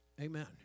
Amen